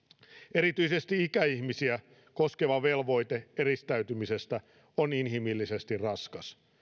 erityisesti ikäihmisiä koskeva velvoite eristäytymisestä on inhimillisesti raskas